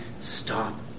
stop